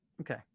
okay